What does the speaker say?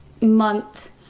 month